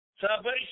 salvation